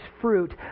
fruit